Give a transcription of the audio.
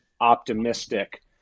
optimistic